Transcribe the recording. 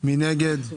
מי נגד?